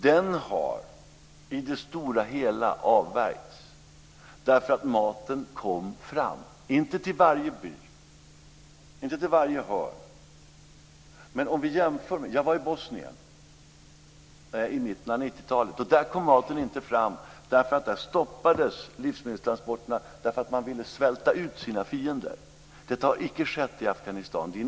Den har i det stora hela avvärjts därför att maten kom fram, men inte till varje by och inte till varje hörn. Men jag kan göra en jämförelse med Bosnien där jag var i mitten av 1990 talet. Där kom maten inte fram därför att livsmedelstransporterna stoppades för att man ville svälta ut sina fiender. Det har inte skett i Afghanistan.